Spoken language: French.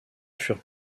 furent